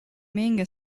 manga